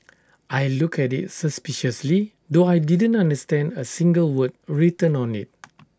I looked at IT suspiciously though I didn't understand A single word written on IT